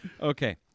Okay